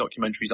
documentaries